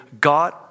God